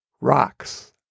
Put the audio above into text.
rocks